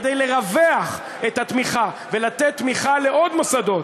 כדי לרווח את התמיכה ולתת תמיכה לעוד מוסדות.